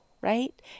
right